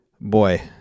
Boy